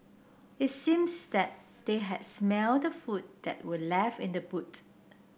it seems that they had smelt the food that were left in the boot